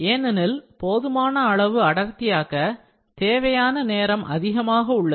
ஏனெனில் போதுமான அளவு அடர்த்தியாக்க தேவையான நேரம் அதிகமாக உள்ளது